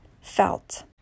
felt